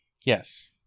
Yes